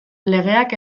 legeak